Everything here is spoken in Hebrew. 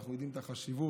אנחנו יודעים את החשיבות.